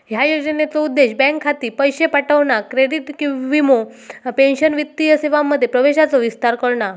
ह्या योजनेचो उद्देश बँक खाती, पैशे पाठवणा, क्रेडिट, वीमो, पेंशन वित्तीय सेवांमध्ये प्रवेशाचो विस्तार करणा